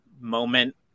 moment